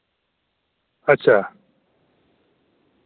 अच्छा